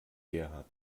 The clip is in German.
gerhard